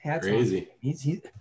Crazy